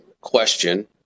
question